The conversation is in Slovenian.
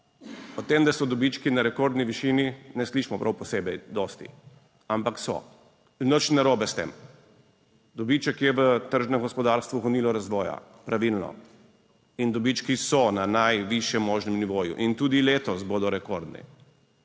O tem, da so dobički na rekordni višini, ne slišimo prav posebej dosti, ampak so. In nič ni narobe s tem, dobiček je v tržnem gospodarstvu gonilo razvoja, pravilno, in dobički so na najvišjem možnem nivoju in tudi letos bodo rekordni.